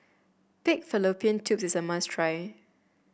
Pig Fallopian Tubes is a must try